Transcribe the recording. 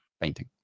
painting